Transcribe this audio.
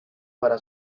para